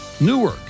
Newark